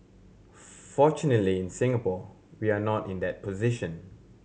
fortunately in Singapore we are not in that position